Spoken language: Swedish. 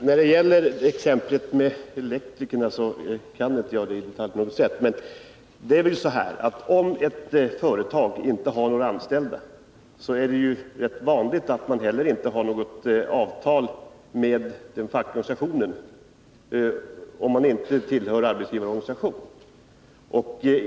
Fru talman! Fallet med elektrikerna känner jag inte alls till i detalj. Men om ett företag inte har några anställda är det rätt vanligt att man inte heller har något avtal med den fackliga organisationen, om man inte tillhör någon arbetsgivarorganisation.